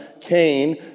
Cain